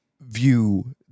view